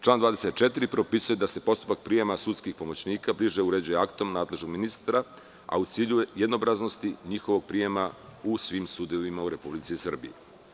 Član 24. propisuje da se postupak prijema sudskih pomoćnika bliže uređuje aktom nadležnog ministra, a u cilju jednoobraznosti njihovog prijema u svim sudovima u Republici Srbiji.